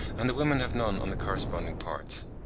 and the women have none on the corresponding parts.